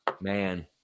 Man